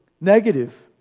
negative